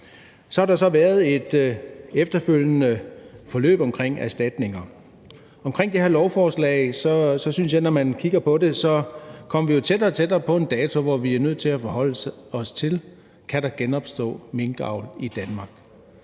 Så har der efterfølgende været et forløb omkring erstatninger. Hvad angår det her lovforslag, når man kigger på det, synes jeg, at vi kommer tættere og tættere på en dato, hvor vi er nødt til at forholde os til, om der kan genopstå minkavl i Danmark.